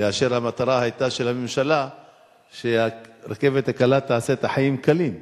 כאשר המטרה של הממשלה היתה שהרכבת הקלה תעשה את החיים קלים.